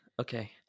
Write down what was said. Okay